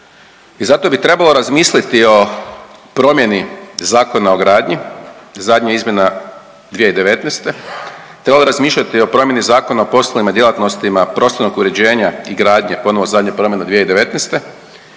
I zato bi trebalo razmisliti o promjeni Zakona o gradnji, zadnje izmjena 2019., trebalo bi razmišljati o promjeni Zakona o poslovima i djelatnostima prostornog uređenja i gradnje, ponovo zadnja promjena 2019.